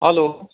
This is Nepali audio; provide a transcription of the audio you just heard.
हेलो